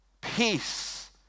Peace